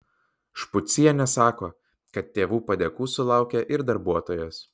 špucienė sako kad tėvų padėkų sulaukia ir darbuotojos